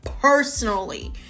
personally